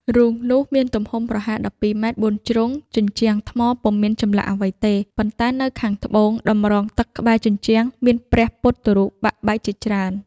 រូងនោះមានទំហំ ប្រហែល ១២ ម៉ែត្របួនជ្រុង ជញ្ជាំងថ្ម ពុំមានចម្លាក់អ្វីទេ ប៉ុន្តែនៅខាងត្បូងតម្រងទឹកក្បែរជញ្ជាំងមានព្រះ ពុទ្ធរូបបាក់បែកជាច្រើន ។